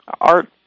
art